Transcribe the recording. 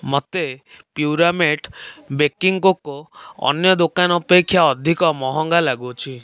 ମୋତେ Puramate baking cocoa ଅନ୍ୟ ଦୋକାନ ଅପେକ୍ଷା ଅଧିକ ମହଙ୍ଗା ଲାଗୁଛି